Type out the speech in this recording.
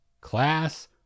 class